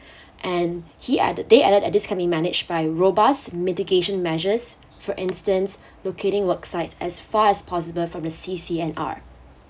and he added they added at this can be managed by robust mitigation measures for instance locating worksites as far as possible from the C_C_N_R